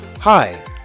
Hi